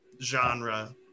genre